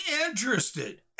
interested